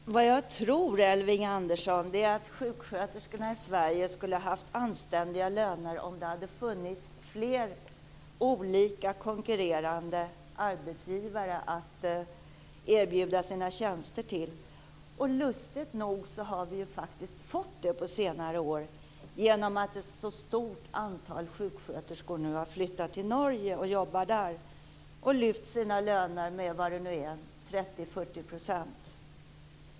Fru talman! Vad jag tror, Elving Andersson, är att sjuksköterskorna i Sverige skulle ha haft anständiga löner om det hade funnits fler olika, konkurrerande arbetsgivare att erbjuda sina tjänster till. Lustigt nog har den situationen faktiskt uppstått på senare år i och med att ett stort antal sjuksköterskor har flyttat till Norge och jobbar där. De har därmed lyft sina löner med 30-40 %.